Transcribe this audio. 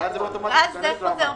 ואז זה חוזר.